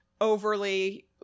overly